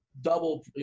double